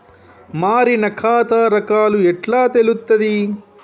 మారిన ఖాతా రకాలు ఎట్లా తెలుత్తది?